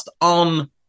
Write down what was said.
on